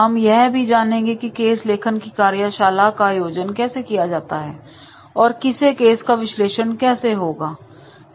हम यह भी जानेंगे कि केस लेखन की कार्यशाला का आयोजन कैसे किया जाता है और किसी केस का विश्लेषण कैसे होता है